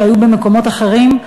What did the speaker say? שהיו במקומות אחרים,